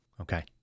Okay